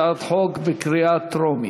הצעת חוק בקריאה טרומית.